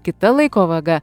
kita laiko vaga